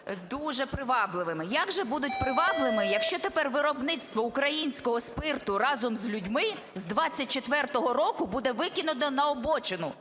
дуже привабливими. Як же будуть привабливими, якщо тепер виробництво українського спирту разом з людьми з 2024 року буде викинуто на обочину?